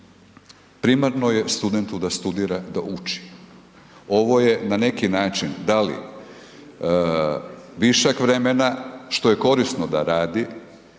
primarno je studentu da studira, da uči, ovo je na neki način da li višak vremena što je korisno da radi